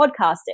podcasting